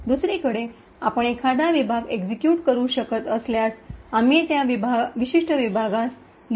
दुसरीकडे आपण एखादा विभाग एक्सिक्यूट करू शकत असल्यास आम्ही त्या विशिष्ट विभागास लिहू शकत नाही